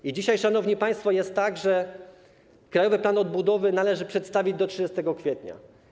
I dzisiaj, szanowni państwo, jest tak, że Krajowy Plan Odbudowy należy przedstawić do 30 kwietnia.